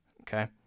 okay